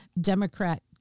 Democrat